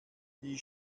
die